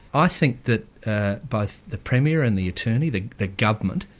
i think that both the premier and the attorney, the the government,